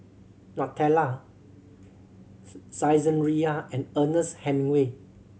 Nutella Saizeriya and Ernest Hemingway